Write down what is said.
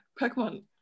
Pokemon